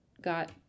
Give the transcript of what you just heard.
got